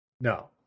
No